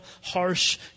harsh